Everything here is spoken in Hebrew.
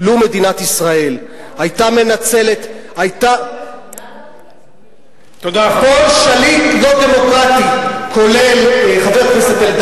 לו מדינת ישראל היתה מנצלת, תודה, חבר הכנסת.